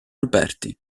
alberti